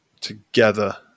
together